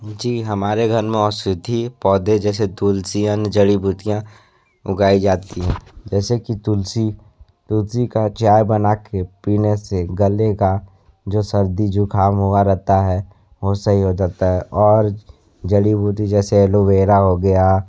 जी हमारे घर में औषधि पौधे जैसे तुलसी अन्य जड़ी बूटियाँ उगाई जाती हैं जैसे कि तुलसी तुलसी का चाय बना कर पीने से गले का जो सर्दी जुकाम हुआ रहता है वह सही हो जाता है और जड़ी बूटी जैसे एलोवेरा हो गया